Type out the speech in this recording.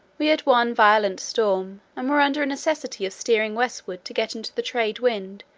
we had one violent storm, and were under a necessity of steering westward to get into the trade wind,